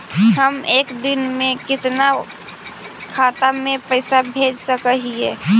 हम एक दिन में कितना खाता में पैसा भेज सक हिय?